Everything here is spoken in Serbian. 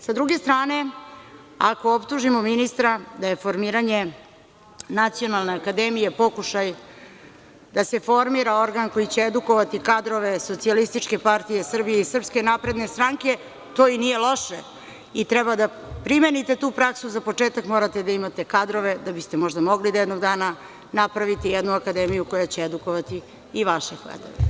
S druge strane, ako optužimo ministra da je formiranje Nacionalne akademije pokušaj da se formira organ koji će edukovati kadrove SPS i SNS, to i nije loše i treba da primenite tu praksu, za početak morate da imate kadrove da biste mogli možda jednog dana da napravite jednu akademiju koja će edukovati i vaše kadrove.